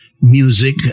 music